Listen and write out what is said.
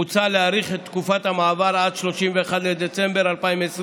מוצע להאריך את תקופת המעבר עד ל-31 בדצמבר 2020,